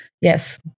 Yes